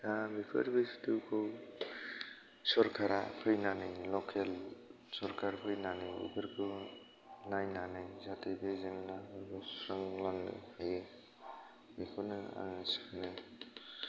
दा बेफोर बुस्तुखौ सरखारा फैनानै लकेल सरखार फैनानै बेफोरखौ नायनानै जाहाथे बे जेंनाखौ सुस्रांलांनो हायो बेखौनो आङो सानो